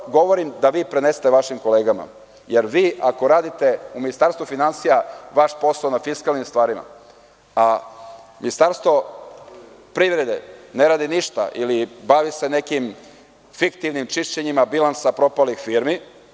Ovo govorim da vi prenesete vašim kolegama, jer vi ako radite u Ministarstvu finansija vaš je postao na fiskalnim stvarima, a Ministarstvo privrede ne radi ništa ili bavi se nekim fiktivnim čišćenjima bilansa propalih firmi.